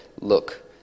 Look